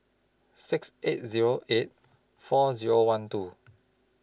six eight Zero eight four Zero one two